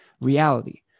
reality